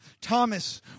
Thomas